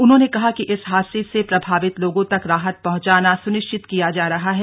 उन्होंने कहा कि इस हादसे से प्रभावित लोगों तक राहत पहुंचाना सुनिश्चित किया जा रहा है